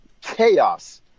chaos